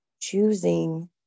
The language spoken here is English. choosing